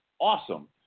awesome